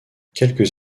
quelques